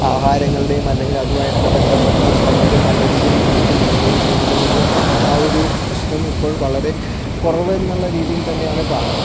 ആഹാരങ്ങളുടെയും അല്ലെങ്കിലതുമായിട്ടുള്ള ബന്ധപ്പെട്ട ശരീരം നല്ല രീതിയിൽ മുന്നോട്ടു മേയ്ൻൻ്റെയിൻ ചെയ്യുന്നതു കൊണ്ടു തന്നെ ആ ഒരു പ്രശ്നം ഇപ്പോൾ വളരെ കുറവെന്നുള്ള രീതിയിൽത്തന്നെയാണ് കാണുന്നത്